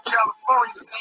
California